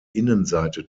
innenseite